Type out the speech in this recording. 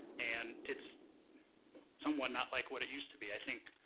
and it's somewhat not like what it used to be. i think,